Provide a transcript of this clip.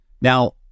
Now